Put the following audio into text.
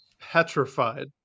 petrified